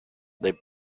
they